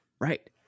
Right